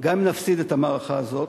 גם אם נפסיד את המערכה הזאת,